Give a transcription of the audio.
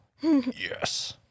yes